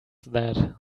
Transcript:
that